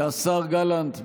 השר גלנט,